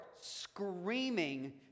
screaming